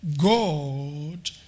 God